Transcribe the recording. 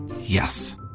yes